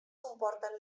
comporten